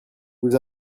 vous